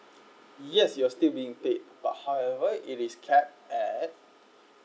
yes you're still being paid but however it is cap at